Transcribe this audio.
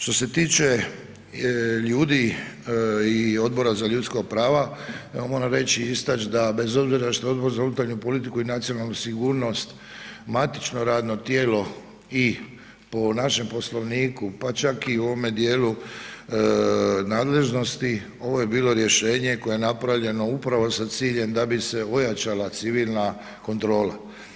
Što se tiče ljudi i Odbora za ljudska prava, ja moram reći i istać da bez obzira što Odbor za unutarnju politiku i nacionalnu sigurnost matično radno tijelo i po našem Poslovniku pa čak i ovome dijelu nadležnosti ovo je bilo rješenje koje je napravljeno upravo sa ciljem da bi se ojačala civilna kontrola.